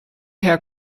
hair